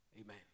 Amen